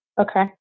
Okay